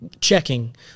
checking